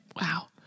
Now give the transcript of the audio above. Wow